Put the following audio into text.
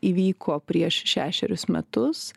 įvyko prieš šešerius metus